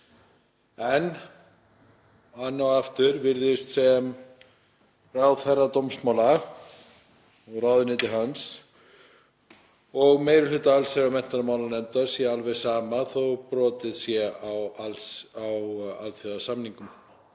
En enn og aftur virðist sem ráðherra dómsmála, ráðuneyti hans, og meiri hluta allsherjar- og menntamálanefndar sé alveg sama þótt brotið sé á alþjóðasamningum